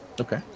Okay